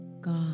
God